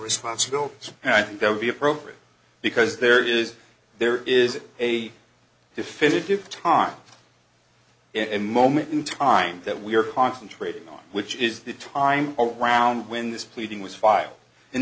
responsibility and i think that would be appropriate because there is there is a definitive time in moment in time that we are concentrating on which is the time around when this pleading was filed in